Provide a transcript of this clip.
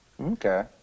okay